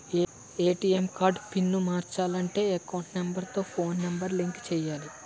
ATM card pin మార్చాలంటే account number తో phone number link చేయాలి